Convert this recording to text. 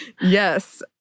Yes